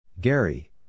Gary